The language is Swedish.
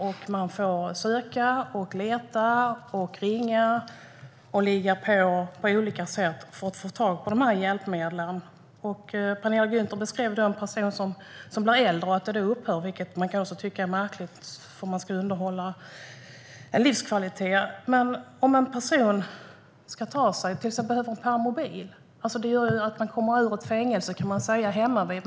Man får nämligen söka och leta och ringa och på olika sätt ligga på för att få tag på dessa hjälpmedel. Penilla Gunther beskrev en person som var äldre och att insatserna då upphör. Det kan man tycka är märkligt om man ska underhålla en livskvalitet. En person som ska ta sig ut behöver till exempel en permobil. En sådan gör att man kommer ur ett fängelse hemmavid.